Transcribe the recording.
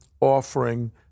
offering